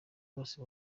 bose